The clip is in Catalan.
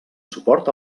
suport